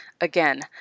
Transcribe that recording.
Again